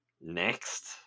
next